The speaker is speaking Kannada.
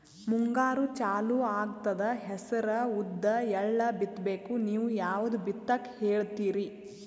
ಮುಂಗಾರು ಚಾಲು ಆಗ್ತದ ಹೆಸರ, ಉದ್ದ, ಎಳ್ಳ ಬಿತ್ತ ಬೇಕು ನೀವು ಯಾವದ ಬಿತ್ತಕ್ ಹೇಳತ್ತೀರಿ?